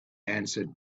answered